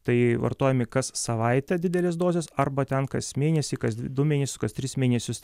tai vartojami kas savaitę didelės dozės arba ten kas mėnesį kas du mėnesius kas tris mėnesius